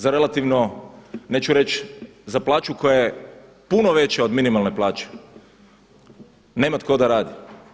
Za relativno, neću reći za plaću koja je puno veća od minimalne plaće, nema tko da radi.